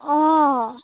অঁ